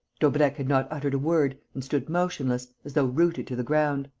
daubrecq had not uttered a word and stood motionless, as though rooted to the ground.